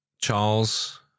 Charles